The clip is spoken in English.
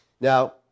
Now